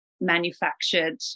manufactured